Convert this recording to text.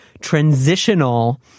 transitional